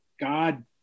God